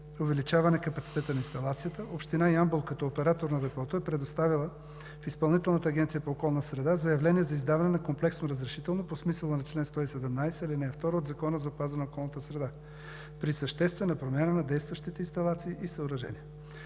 увеличаване капацитета на инсталацията, Община Ямбол, като оператор на Депото, е предоставила в Изпълнителната агенция по околна среда Заявление за издаване на комплексно разрешително по смисъла на чл. 117, ал. 2 от Закона за опазване на околната среда при съществена промяна на действащите инсталации и съоръжения.